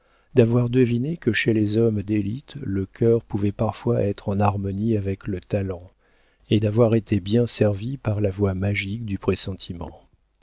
d'avoir deviné que chez les hommes d'élite le cœur pouvait parfois être en harmonie avec le talent et d'avoir été bien servie par la voix magique du pressentiment